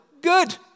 good